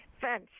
fence